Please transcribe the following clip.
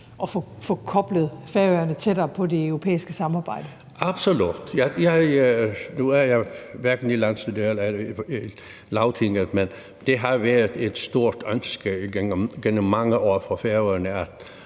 at få koblet Færøerne tættere på det europæiske samarbejde? Kl. 16:04 Edmund Joensen (SP): Absolut. Nu er jeg hverken i landsstyret eller i Lagtinget, men det har været et stort ønske igennem mange år på Færøerne